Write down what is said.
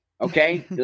Okay